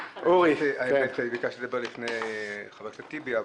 האמת היא שאני ביקשתי לדבר לפני חבר הכנסת טיבי,